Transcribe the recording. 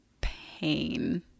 pain